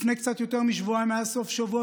לפני קצת יותר משבועיים היה סוף שבוע